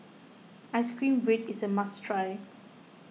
Ice Cream Bread is a must try